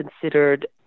considered